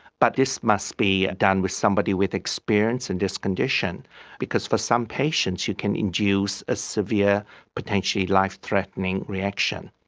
but this must be done with somebody with experience in this condition because for some patients you can induce a severe potentially life-threatening reaction.